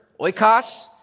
oikos